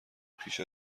پیش